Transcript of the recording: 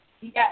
yes